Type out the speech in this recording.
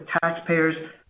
taxpayers